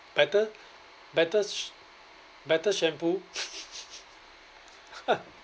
better better sh~ better shampoo